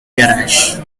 garage